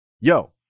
Yo